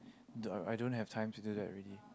the I don't have time to do that already